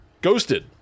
ghosted